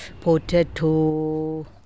potato